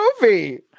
movie